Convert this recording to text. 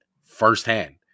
firsthand